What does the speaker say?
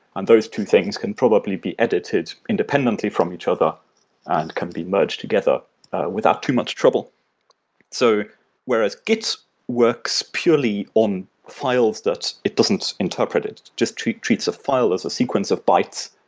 and those two things can probably be edited independently from each other and can be merged together without too much trouble so whereas, git works purely on files that it doesn't interpret it. just treats treats a file as a sequence of bytes.